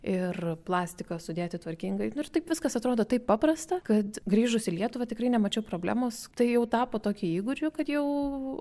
ir plastiką sudėti tvarkingai nu ir taip viskas atrodo taip paprasta kad grįžus į lietuvą tikrai nemačiau problemos tai jau tapo tokiu įgūdžiu kad jau